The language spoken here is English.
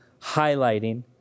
highlighting